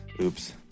oops